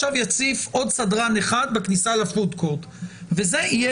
אז עכשיו הוא יציב עוד סדרן אחד בכניסה ל-פוד קורט וזה יהיה